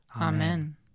Amen